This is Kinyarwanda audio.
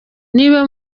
niba